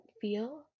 feel